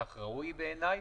כך ראוי בעיניי.